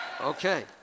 Okay